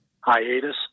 hiatus